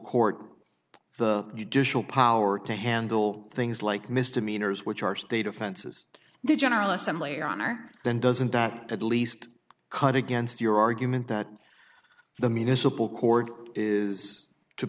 court the new dish will power to handle things like misdemeanors which are state offenses the general assembly or honor then doesn't that at least cut against your argument that the municipal court is to